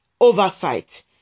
oversight